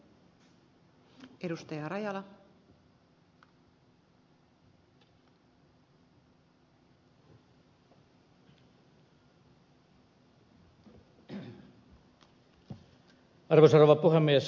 arvoisa rouva puhemies